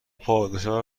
پادشاه